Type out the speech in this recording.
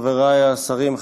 חבריי השרים,